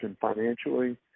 financially